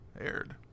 aired